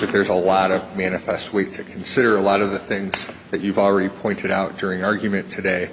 that there's a lot of manifest week to consider a lot of the things that you've already pointed out during argument today